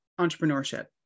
entrepreneurship